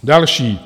Další: